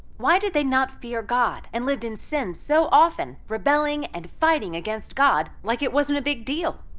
why did they not fear god and lived in sin so often, rebelling and fighting against god like it wasn't a big deal?